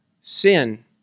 sin